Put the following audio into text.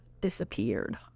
disappeared